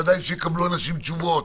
ודאי שאנשים יקבלו תשובות,